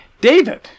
David